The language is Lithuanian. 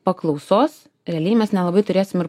paklausos realiai mes nelabai turėsim ir